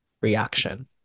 reaction